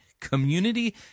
Community